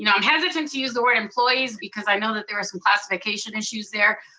you know i'm hesitant to use the word employees, because i know that there were some classification issues there.